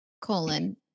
colon